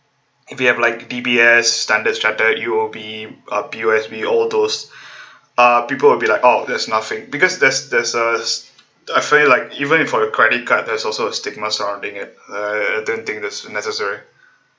if you have like D_B_S standard chartered U_O_B uh P_O_S_B all those uh people will be like oh there's nothing because there's there's a I find it like even for your credit card there's also a stigma surrounding it eh I don't think it's necessary